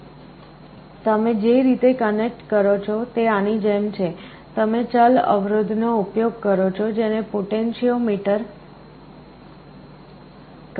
તમે જે રીતે કનેક્ટ કરો છો તે આની જેમ છે તમે ચલ અવરોધ નો ઉપયોગ કરો છો જેને પોન્ટિનોમીટર કહે છે